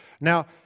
Now